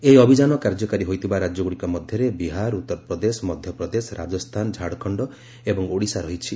ଏହି ଅଭିଯାନ କାର୍ଯ୍ୟକାରୀ ହୋଇଥିବା ରାଜ୍ୟଗୁଡ଼ିକ ମଧ୍ୟରେ ବିହାର ଉତ୍ତରପ୍ରଦେଶ ମଧ୍ୟପ୍ରଦେଶ ରାଜସ୍ଥାନ ଝାଡ଼ଖଣ୍ଡ ଏବଂ ଓଡ଼ିଶା ରହିଛି